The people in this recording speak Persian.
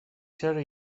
چرا